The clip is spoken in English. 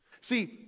See